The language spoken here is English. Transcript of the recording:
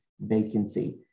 vacancy